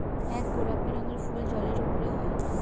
এক গোলাপি রঙের ফুল জলের উপরে হয়